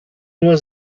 nur